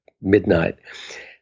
midnight